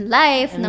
life